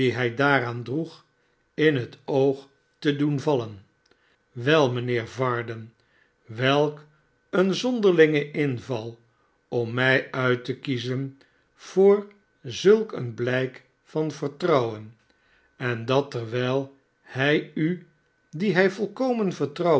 hij daaraan droeg in het oog te doen vallen wel mijnheer varden welk een zonderlingen inval om mij uit te kiezen voor zulk een blijk van vertrouwen en dat terwijl hij u dien hij volkomen vertrouwen